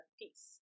peace